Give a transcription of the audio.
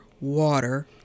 water